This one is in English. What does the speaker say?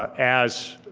ah as